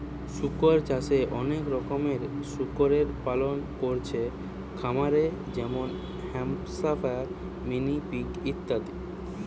শুকর চাষে অনেক রকমের শুকরের পালন কোরছে খামারে যেমন হ্যাম্পশায়ার, মিনি পিগ ইত্যাদি